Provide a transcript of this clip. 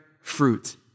fruit